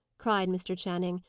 cried mr. channing,